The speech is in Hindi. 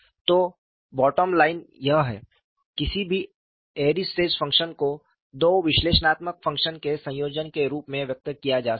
तो बॉटम लाइन यह है किसी भी एयरी स्ट्रेस फ़ंक्शन को दो विश्लेषणात्मक फ़ंक्शन के संयोजन के रूप में व्यक्त किया जा सकता है